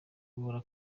guhora